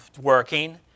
working